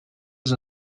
els